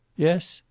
yes,